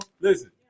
Listen